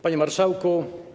Panie Marszałku!